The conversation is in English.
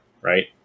right